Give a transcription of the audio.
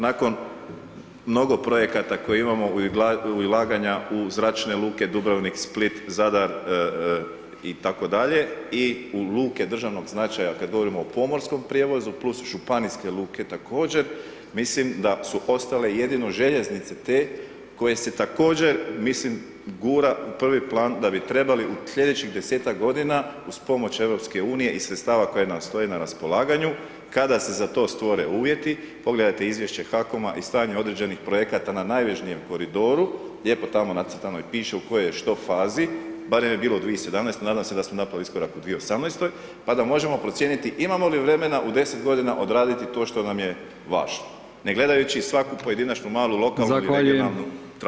Nakon mnogo projekata koje imamo i ulaganja u zračne luke Dubrovnik, Split, Zadar itd., i u luke državnog značaja kada govorimo o pomorskom prijevozu plus županijske luke također mislim da su ostale jedino željeznice te koje se također mislim gura u prvi plan da bi trebali u sljedećih 10-ak godina uz pomoć EU i sredstava koje nam stoje na raspolaganju, kada se za to stvore uvjeti, pogledajte izvješće HAKOM-a i stanje određenih projekata na najjužnijem koridoru, lijepo tamo nacrtano i piše u kojoj je što fazi, barem je bilo u 2017., nadam se da smo napravili iskorak u 2018. pa da možemo procijeniti imamo li vremena u 10 godina odraditi to što nam je važno, ne gledajući svaku pojedinačnu malu lokalnu ili regionalnu trasu.